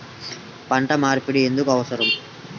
పంట మార్పిడి ఎందుకు అవసరం?